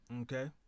Okay